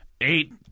Eight